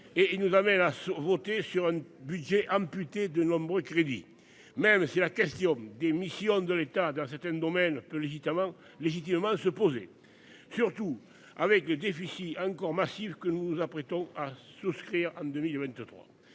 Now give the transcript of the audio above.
et il nous amène à voter sur un budget amputé de nombreux crédits même si la question des missions de l'État dans certains domaines peut légitimement légitimement se poser. Surtout avec le défi encore massif que nous nous apprêtons à souscrire, en 2023,